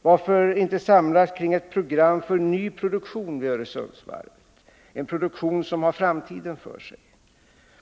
Varför inte samlas kring en ny produktion vid Öresundsvarvet, en produktion som har framtiden för sig?